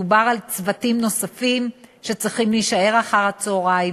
מדובר על צוותים נוספים שצריכים להישאר אחר-הצהריים.